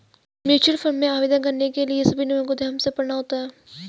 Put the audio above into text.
mutual fund में आवेदन करने के लिए सभी नियमों को ध्यान से पढ़ना होता है